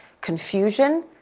confusion